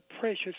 precious